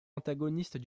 antagonistes